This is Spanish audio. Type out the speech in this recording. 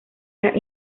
las